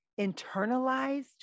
internalized